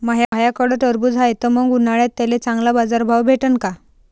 माह्याकडं टरबूज हाये त मंग उन्हाळ्यात त्याले चांगला बाजार भाव भेटन का?